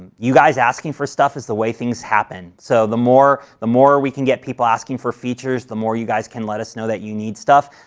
and you guys asking for stuff is the way things happen, so the more the more we can get people asking for features, the more you guys can let us know that you need stuff,